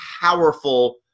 powerful